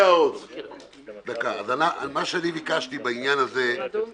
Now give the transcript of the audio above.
היועץ המשפטי הוא עוד לא טכנאי -- אבל הוא יודע לנסח.